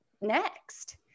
next